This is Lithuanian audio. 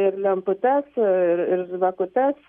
ir lemputes ir ir žvakutes